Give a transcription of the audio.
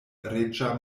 reĝa